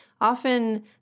often